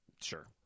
Sure